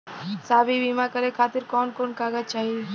साहब इ बीमा करें खातिर कवन कवन कागज चाही?